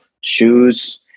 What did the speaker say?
shoes